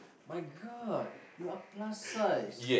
my god you are plus size